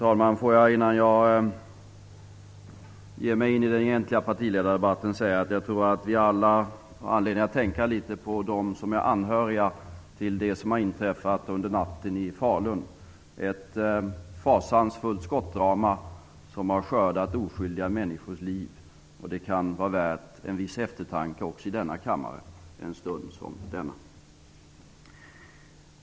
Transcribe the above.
Fru talman! Innan jag ger mig in i den egentliga partiledardebatten vill jag säga att jag tror att vi alla har anledning att tänka på de anhöriga till dem som dödats under natten i Falun. Det var ett fasansfullt skottdrama som har skördat oskyldiga människors liv. Det kan vara värt en viss eftertanke även här i kammaren i en stund som denna.